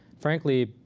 frankly,